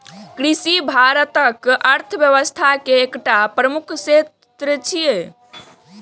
कृषि भारतक अर्थव्यवस्था के एकटा प्रमुख क्षेत्र छियै